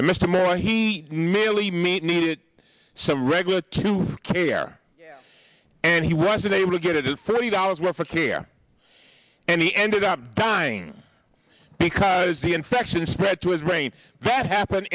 and mr moore he merely made needed some regular to care and he was unable to get his thirty dollars worth of care and he ended up dying because the infection spread to his brain that happen